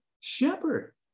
shepherd